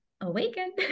awaken